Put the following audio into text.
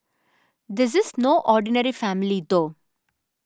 this is no ordinary family though